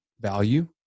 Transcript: value